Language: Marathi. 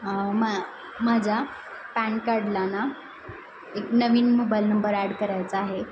मा माझ्या पॅन कार्डला ना एक नवीन मोबाईल नंबर ॲड करायचा आहे